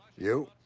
you?